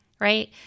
right